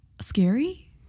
scary